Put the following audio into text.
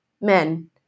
Men